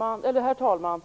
Herr talman!